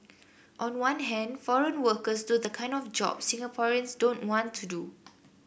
on one hand foreign workers do the kind of jobs Singaporeans don't want to do